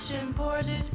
imported